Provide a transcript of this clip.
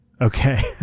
okay